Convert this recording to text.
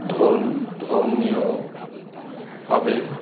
ধৰ্ম ধৰ্মীয়ভাৱে